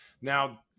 Now